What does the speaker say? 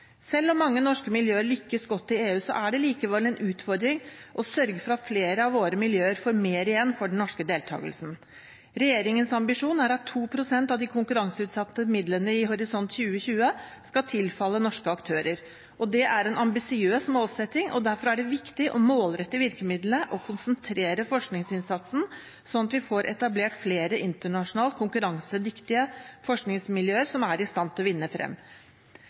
Selv om mange norske miljøer lykkes godt i EU, er det likevel en utfordring å sørge for at flere av våre miljøer får mer igjen for den norske deltakelsen. Regjeringens ambisjon er at 2 pst. av de konkurranseutsatte midlene i Horisont 2020 skal tilfalle norske aktører. Det er en ambisiøs målsetting, og derfor er det viktig å målrette virkemidlene og konsentrere forskningsinnsatsen, slik at vi får etablert flere internasjonalt konkurransedyktige forskningsmiljøer som er i stand til å vinne frem.